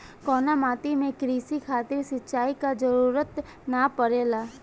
कउना माटी में क़ृषि खातिर सिंचाई क जरूरत ना पड़ेला?